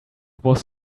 was